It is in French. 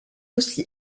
aussi